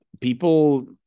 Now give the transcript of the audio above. people